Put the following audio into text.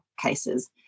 cases